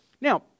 Now